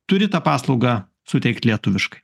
turi tą paslaugą suteikt lietuviškai